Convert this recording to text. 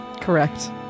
Correct